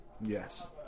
Yes